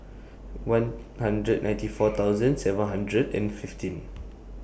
one hundred ninety four thousand seven hundred and fifteen